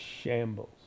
shambles